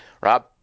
Rob